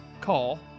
call